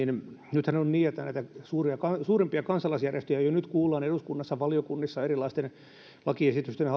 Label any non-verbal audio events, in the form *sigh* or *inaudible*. nythän on niin että näitä suurimpia kansalaisjärjestöjä jo nyt kuullaan eduskunnassa valiokunnissa erilaisten lakiesitysten *unintelligible*